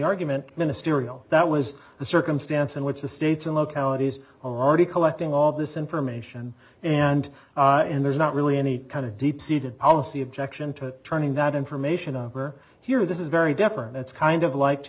argument ministerial that was the circumstance in which the states and localities already collecting all this information and there's not really any kind of deep seated policy objection to turning that information up or here this is very different it's kind of like to